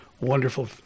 wonderful